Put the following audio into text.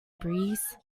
breeze